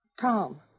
Tom